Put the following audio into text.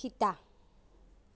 Sita